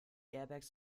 airbags